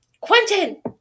Quentin